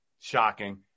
shocking